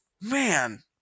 man